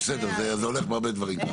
רגע רגע בסדר, זה הולך בהרבה דברים ככה.